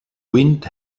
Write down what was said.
wind